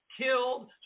killed